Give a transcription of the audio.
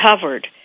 covered